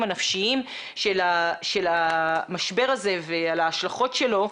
הנפשיים של המשבר הזה ועל ההשלכות שלו,